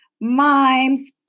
mimes